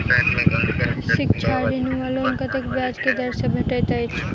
शिक्षा ऋण वा लोन कतेक ब्याज केँ दर सँ भेटैत अछि?